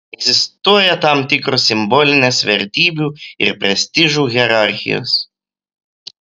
egzistuoja tam tikros simbolinės vertybių ir prestižų hierarchijos